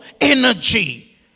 energy